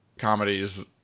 comedies